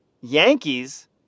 yankees